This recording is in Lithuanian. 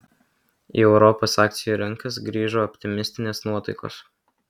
į europos akcijų rinkas grįžo optimistinės nuotaikos